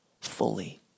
fully